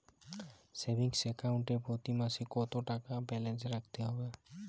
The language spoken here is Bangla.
সেভিংস অ্যাকাউন্ট এ প্রতি মাসে কতো টাকা ব্যালান্স রাখতে হবে?